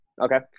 Okay